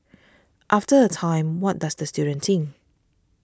after a time what does the student think